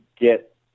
get